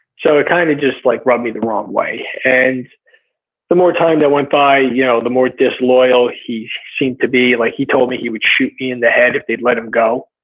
so it kind of just like rubbed of me the wrong way and the more time that went by, you know the more disloyal he seemed to be. like he told me he would shoot me in the head if they'd let him go,